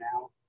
now